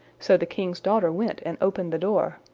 so the king's daughter went and opened the door,